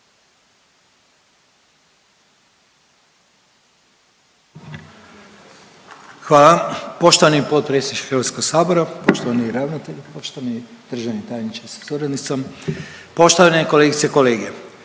Hvala poštovani potpredsjedniče HS, poštovani ravnatelju, poštovani državni tajniče sa suradnicom, poštovane kolegice i kolege.